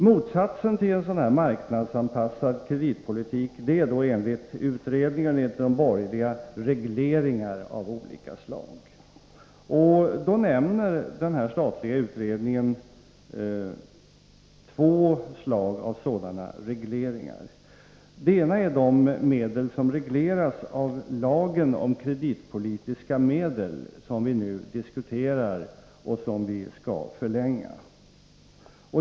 Motsatsen till en marknadsanpassad kreditpolitik är, enligt utredningen och de borgerliga, regleringar av olika slag. Denna statliga utredning nämner två slag av sådana regleringar. Det ena är de medel som regleras av lagen om kreditpolitiska medel, som vi nu diskuterar och som vi skall förlänga.